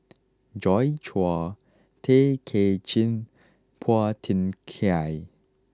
Joi Chua Tay Kay Chin and Phua Thin Kiay